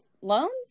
loans